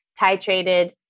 titrated